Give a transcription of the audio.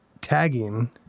tagging